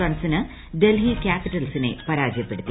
റൺസിന് ഡൽഹി ക്യാപിറ്റൽസിനെ പരാജയപ്പെടുത്തി